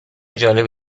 جالب